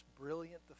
brilliant